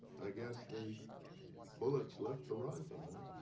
i guess the bullet's left the rifle, huh?